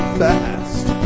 fast